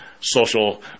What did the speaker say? social